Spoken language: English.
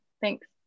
Thanks